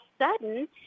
sudden